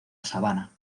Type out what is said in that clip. sabana